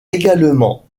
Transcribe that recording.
également